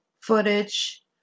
footage